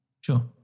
Sure